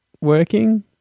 working